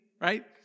right